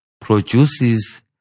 produces